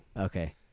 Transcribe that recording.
okay